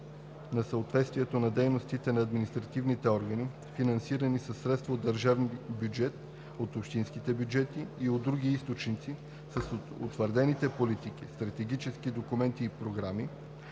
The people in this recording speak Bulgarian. на съответствието на дейностите на административните органи, финансирани със средства от държавния бюджет, от общинските бюджети и от други източници, с утвърдените политики, стратегически документи и програми,